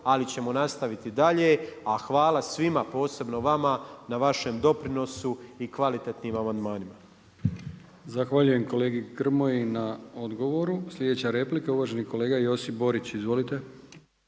ali ćemo nastaviti dalje. A hvala svima posebno vama, na vašem doprinosu i kvalitetnim amandmanima. **Brkić, Milijan (HDZ)** Zahvaljujem kolegi Grmoji na odgovoru. Sljedeća replika uvaženi kolega Josip Borić. Izvolite.